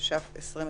התש"ף-2020.